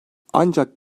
ancak